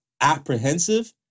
apprehensive